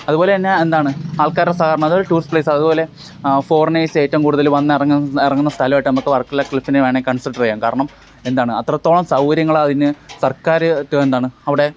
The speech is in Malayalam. അതുപോലെ തന്നെ എന്താണ് ആൾക്കാരുടെ സഹകരണം അതുപോലെ ടൂറിസ്റ്റ് പ്ലേസ് അതുപോലെ ഫോറീനേഴ്സ് ഏറ്റവും കൂടുതൽ വന്നിറങ്ങും ഇറങ്ങുന്ന സ്ഥലമായിട്ട് നമുക്ക് ഇപ്പോൾ വർക്കല ക്ലിഫിനെ വേണേ കൺസിഡെർ ചെയ്യാം കാരണം എന്താണ് അത്രത്തോളം സൗകര്യങ്ങൾ അതിന് സർക്കാർ എന്താണ് അവിടെ